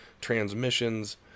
transmissions